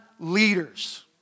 Leaders